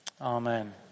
Amen